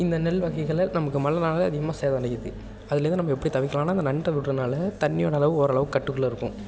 இந்த நெல் வகைகள் நமக்கு மழை நாளில் அதிகமாக சேதம் அடையுது அதுலேருந்து நம்ம எப்படி தப்பிக்கலாம்னா இந்த நண்டை விடுகிறதுனால தண்ணியோட அளவு ஓரளவுக்கு கட்டுக்குள்ளே இருக்கும்